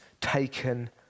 taken